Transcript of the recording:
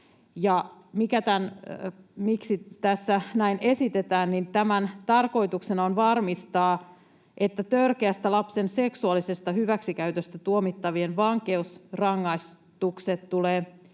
Miksi tässä näin esitetään? Tämän tarkoituksena on varmistaa, että törkeästä lapsen seksuaalisesta hyväksikäytöstä tuomittavien vankeusrangaistukset tulevat